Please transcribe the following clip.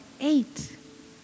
eight